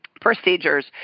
procedures